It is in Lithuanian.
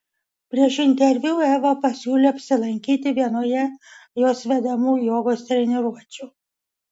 prieš interviu eva pasiūlė apsilankyti vienoje jos vedamų jogos treniruočių